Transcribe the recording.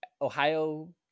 Ohio